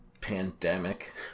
pandemic